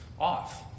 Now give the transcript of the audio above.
off